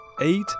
eight